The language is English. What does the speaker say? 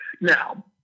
Now